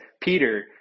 Peter